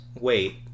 wait